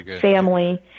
family